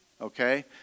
okay